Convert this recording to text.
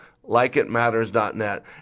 LikeitMatters.net